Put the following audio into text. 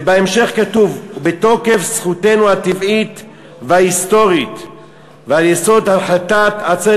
ובהמשך כתוב: "ובתוקף זכותנו הטבעית וההיסטורית ועל יסוד החלטת עצרת